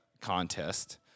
contest